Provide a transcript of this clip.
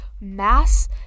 Mass